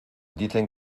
dicen